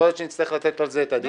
יכול להיות שנצטרך לתת על זה את הדין.